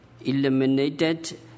eliminated